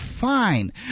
fine